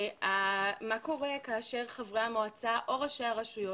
מה קורה כאשר חברי המועצה או ראשי הרשויות